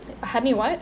harini what